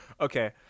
okay